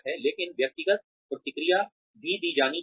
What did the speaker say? लेकिन व्यक्तिगत प्रतिक्रिया भी दी जानी चाहिए